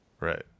Right